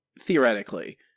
Theoretically